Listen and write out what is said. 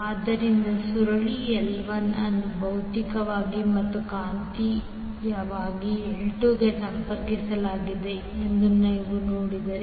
ಆದ್ದರಿಂದ ಸುರುಳಿ L1 ಅನ್ನು ಭೌತಿಕವಾಗಿ ಮತ್ತು ಕಾಂತೀಯವಾಗಿ L2 ಗೆ ಸಂಪರ್ಕಿಸಲಾಗಿದೆ ಎಂದು ನೀವು ನೋಡಿದರೆ